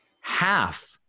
half